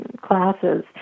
classes